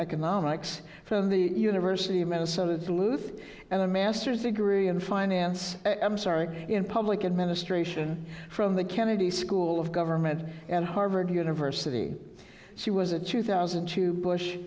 economics from the university of minnesota duluth and a masters degree in finance i'm sorry in public administration from the kennedy school of government and harvard university she was a two thousand and two bush